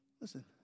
Listen